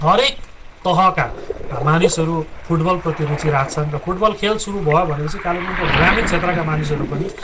हरेक तहका मानिसहरू फुटबलप्रति रुचि राख्छन् र फुटबलको खेल सुरु भयो भनेपछि कालेबुङको ग्रामीण क्षेत्रका मानिसहरू पनि